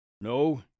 No